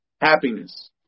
happiness